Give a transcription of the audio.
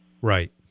Right